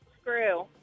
Screw